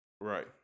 Right